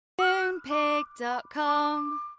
Moonpig.com